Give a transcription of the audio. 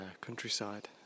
countryside